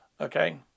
okay